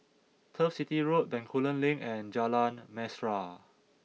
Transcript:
Turf City Road Bencoolen Link and Jalan Mesra